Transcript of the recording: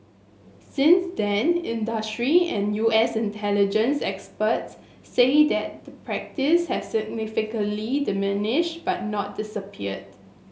since then industry and U S intelligence experts say that the practice has significantly diminished but not disappeared